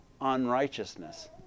unrighteousness